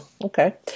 okay